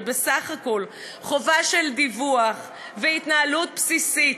בסך הכול חובה של דיווח והתנהלות בסיסית,